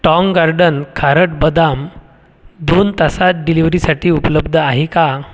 टाँग गार्डन खारट बदाम दोन तासांत डिलिव्हरीसाठी उपलब्ध आहे का